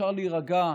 אפשר להירגע.